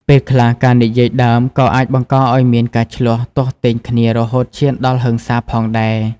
ពេលខ្លះ ការនិយាយដើមក៏អាចបង្កឲ្យមានការឈ្លោះទាស់ទែងគ្នារហូតឈានដល់ហិង្សាផងដែរ។